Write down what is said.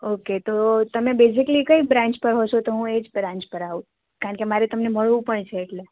okay તો તમે basically કઈ બ્રાન્ચ પર હો છો તો હું એજ બ્રાન્ચ પર આવું કારણ કે મારે તમને મળવું પણ છે એટલે